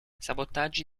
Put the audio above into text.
sabotaggi